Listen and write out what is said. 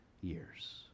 years